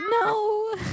No